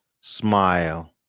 smile